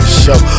show